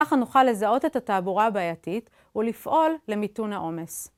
ככה נוכל לזהות את התעבורה הבעייתית ולפעול למיתון העומס.